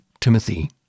Timothy